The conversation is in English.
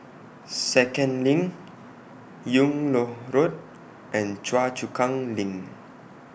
Second LINK Yung Loh Road and Choa Chu Kang LINK